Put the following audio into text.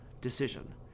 decision